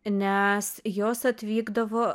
nes jos atvykdavo